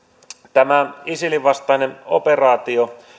tämä isilin vastainen operaatio